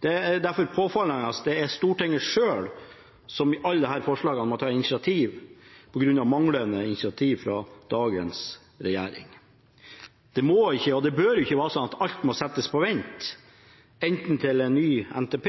Det er derfor påfallende at det er Stortinget selv som i alle disse forslagene må ta initiativ på grunn av manglende initiativ fra dagens regjering. Det må ikke og bør ikke være sånn at alt må settes på vent, enten til en ny NTP,